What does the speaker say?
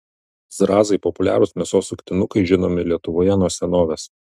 zrazai populiarūs mėsos suktinukai žinomi lietuvoje nuo senovės